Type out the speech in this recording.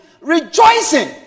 rejoicing